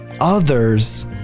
others